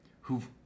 who've